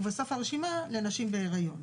ובסוף הרשימה לנשים בהריון.